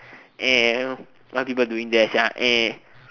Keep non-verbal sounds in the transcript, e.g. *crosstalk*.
*noise* what people doing there sia *noise*